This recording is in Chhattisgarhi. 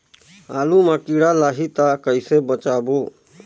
आलू मां कीड़ा लाही ता कइसे बचाबो?